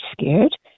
scared